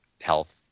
health